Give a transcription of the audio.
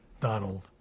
Donald